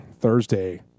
Thursday